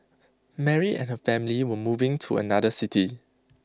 Mary and her family were moving to another city